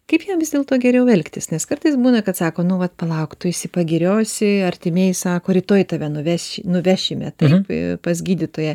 kaip jam vis dėlto geriau elgtis nes kartais būna kad sako nu vat palauk tu išsipagiriosi artimieji sako rytoj tave nuveš nuvešime taip pas gydytoją